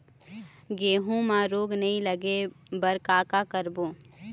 गेहूं म रोग नई लागे बर का का करबो?